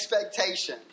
expectation